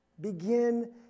Begin